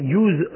use